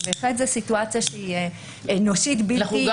שבהחלט זו סיטואציה אנושית בלתי אפשרית --- אנחנו גם